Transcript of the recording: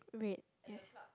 red yes